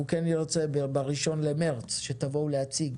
אנחנו נרצה בראשון למרץ שתבואו להציג